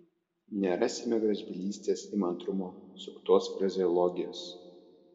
nerasime gražbylystės įmantrumo suktos frazeologijos